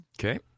Okay